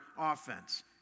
offense